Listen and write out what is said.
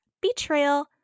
*Betrayal*